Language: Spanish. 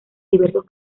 diversos